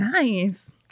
Nice